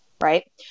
right